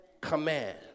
command